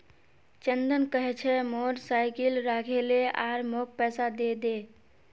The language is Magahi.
चंदन कह छ मोर साइकिल राखे ले आर मौक पैसा दे दे